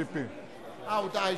הסעיף הבא הוא